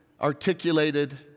articulated